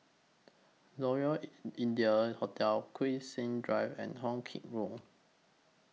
Royal in India Hotel Zubir Said Drive and Hong Kee Road